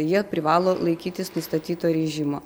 jie privalo laikytis nustatyto režimo